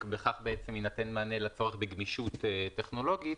ובכך יינתן מענה לצורך בגמישות טכנולוגית.